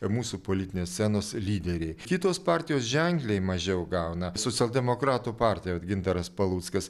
mūsų politinės scenos lyderiai kitos partijos ženkliai mažiau gauna socialdemokratų partija vat gintaras paluckas